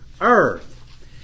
earth